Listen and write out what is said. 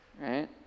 right